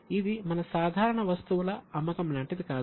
ఇది మన సాధారణ వస్తువుల అమ్మకం లాంటిది కాదు